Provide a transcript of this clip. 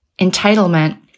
entitlement